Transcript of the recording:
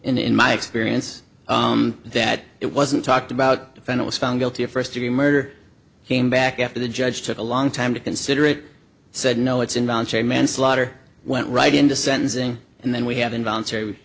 guess in my experience that it wasn't talked about defend it was found guilty of first degree murder came back after the judge took a long time to consider it said no it's involuntary manslaughter went right into sentencing and then we have involuntary